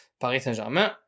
Paris-Saint-Germain